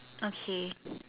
okay